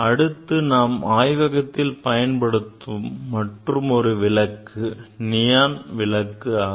அடுத்து நாம் ஆய்வகத்தில் பயன்படுத்தும் மற்றுமொரு விளக்கு நியான் விளக்கு ஆகும்